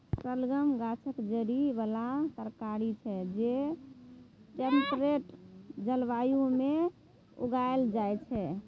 शलगम गाछक जड़ि बला तरकारी छै जे टेम्परेट जलबायु मे उगाएल जाइ छै